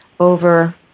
over